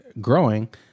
growing